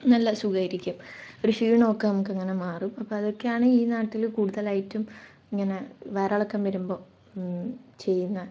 നല്ല സുഖമായിരിക്കും ഒരു ക്ഷീണമൊക്കെ നമുക്കങ്ങനെ മാറും അപ്പോൾ അതൊക്കെയാണ് ഈ നാട്ടിൽ കൂടുതലായിട്ടും ഇങ്ങനെ വയറിളക്കം വരുമ്പോൾ ചെയ്യുന്നത്